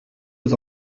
aux